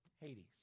Hades